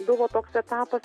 buvo toks etapas